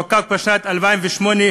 שחוקק בשנת 2008,